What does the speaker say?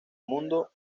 mundo